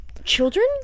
children